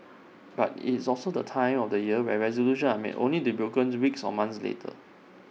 but IT is also the time of the year when resolutions are made only to broken weeks or months later